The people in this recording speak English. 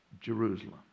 Jerusalem